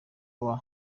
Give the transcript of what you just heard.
hoba